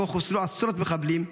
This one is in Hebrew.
שבו חוסלו עשרות מחבלים,